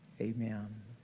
Amen